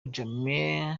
jammeh